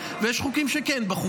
יכולתי גם לכפות עמדה בוועדת שרים,